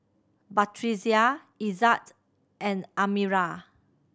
Batrisya Izzat and Amirah